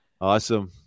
Awesome